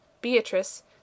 Beatrice